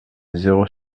zéro